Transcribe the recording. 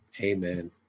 Amen